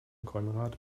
konrad